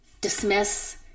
dismiss